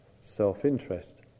self-interest